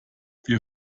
wir